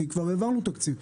כי כבר העברנו את התקציב.